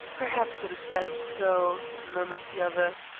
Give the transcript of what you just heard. perhaps it is best so, murmured the other.